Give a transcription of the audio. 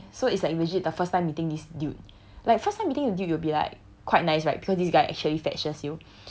so it's like legit the first time meeting this dude like first time meeting you a dude you will be like quite nice right because this guy actually fetches you